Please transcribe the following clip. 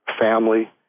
family